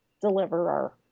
deliverer